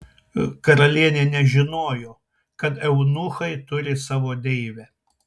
karalienė nežinojo kad eunuchai turi savo deivę